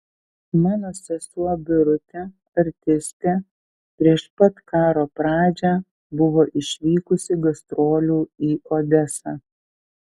mano sesuo birutė artistė prieš pat karo pradžią buvo išvykusi gastrolių į odesą